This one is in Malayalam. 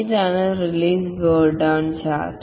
ഇതാണ് റിലീസ് ബേൺ ഡൌൺ ചാർട്ട്